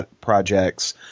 projects